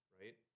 right